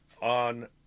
on